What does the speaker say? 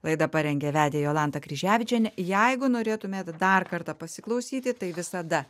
laidą parengė vedė jolanta kryževičienė jeigu norėtumėt dar kartą pasiklausyti tai visada